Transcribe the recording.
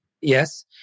Yes